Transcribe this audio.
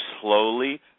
slowly